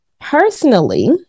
personally